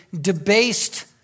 debased